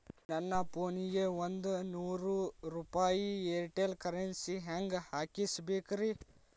ನನ್ನ ಫೋನಿಗೆ ಒಂದ್ ನೂರು ರೂಪಾಯಿ ಏರ್ಟೆಲ್ ಕರೆನ್ಸಿ ಹೆಂಗ್ ಹಾಕಿಸ್ಬೇಕ್ರಿ?